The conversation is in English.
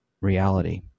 reality